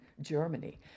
Germany